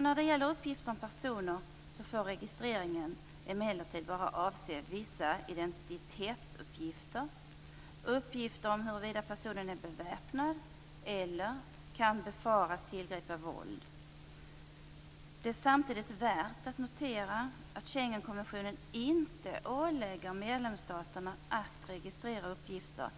När det gäller uppgifter om personer får registreringen emellertid bara avse vissa identitetsuppgifter, uppgift om huruvida personen är beväpnad eller kan befaras tillgripa våld. Det är samtidigt värt att notera att Schengenkonventionen inte ålägger medlemsstaterna att registrera uppgifter,